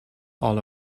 all